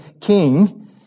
king